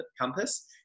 compass